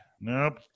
Nope